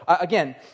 again